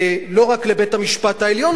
לא רק לבית-המשפט העליון,